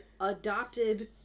adopted